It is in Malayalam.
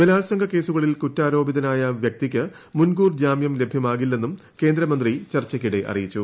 ബലാൽസംഗ കേസുകളിൽ കുറ്റാരോപിതനായ വ്യക്തിക്ക് മുൻകൂർ ജാമൃം ലഭൃമാകില്ലെന്നും കേന്ദ്രമന്ത്രി ചർച്ചയ്ക്കിടെ അറിയിച്ചു